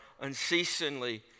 unceasingly